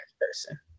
person